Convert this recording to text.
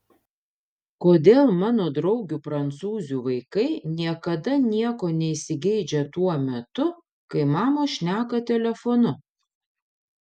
kodėl mano draugių prancūzių vaikai niekada nieko neįsigeidžia tuo metu kai mamos šneka telefonu